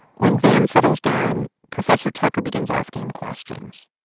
when van settles down, professor tucker begins asking him questions.